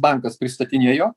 bankas pristatinėjo